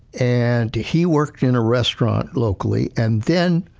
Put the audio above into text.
and he worked in a restaurant locally and then,